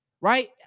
right